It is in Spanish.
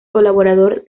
colaborador